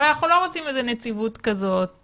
אבל אנחנו לא רוצים נציבות כזאת